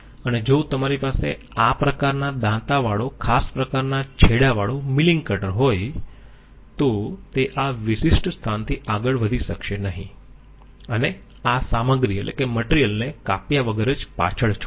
અને જો તમારી પાસે આ પ્રકારના દાંતા વાળો ખાસ પ્રકારના છેડાવાળો મિલિંગ કટર હોય તો તે આ વિશિષ્ટ સ્થાનથી આગળ વધી શકશે નહીં અને આ સામગ્રી ને કાપ્યા વગર જ પાછળ છોડશે